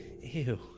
Ew